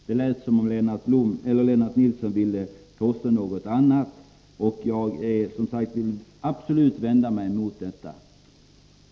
Det lät som om Lennart Nilsson försökte påstå något annat — jag vill absolut vända mig emot detta.